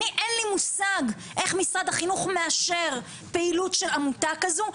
אין לי מושג איך משרד החינוך מאשר פעילות של עמותה כזו.